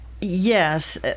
Yes